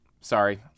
Sorry